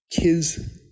Kids